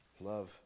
Love